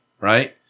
right